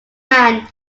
man